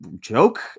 joke